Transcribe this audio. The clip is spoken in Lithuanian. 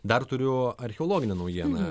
dar turiu archeologinę naujieną